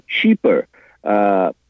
cheaper